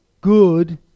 good